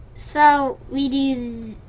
so we do